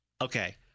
Okay